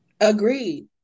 Agreed